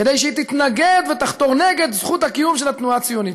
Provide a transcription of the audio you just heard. כדי שהיא תתנגד ותחתור נגד זכות הקיום של התנועה הציונית.